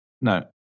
no